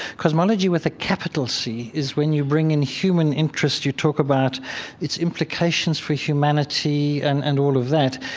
cosmology with a capital c is when you bring in human interest. you talk about its implications for humanity and and all of that.